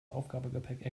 aufgabegepäck